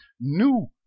new